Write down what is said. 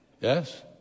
Yes